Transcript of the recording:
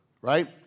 right